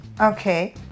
Okay